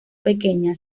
pequeña